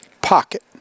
pocket